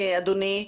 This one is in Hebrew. אדוני,